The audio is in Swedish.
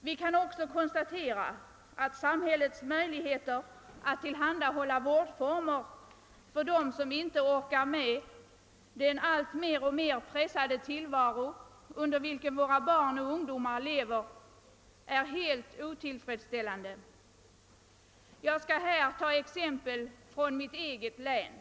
Vi kan också konstatera att samhällets möjligheter att tillhandahålla vårdformer för dem som inte orkar med den alltmer :stressade tillvaro, i vilken barnen och ungdomarna lever, är helt otillfredsställande. Jag skall ta exempel från mitt eget län.